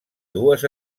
dues